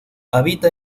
habita